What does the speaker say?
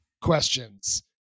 questions